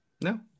No